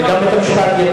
וגם בית-המשפט,